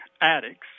addicts